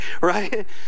right